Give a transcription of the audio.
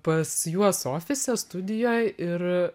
pas juos ofise studijoj ir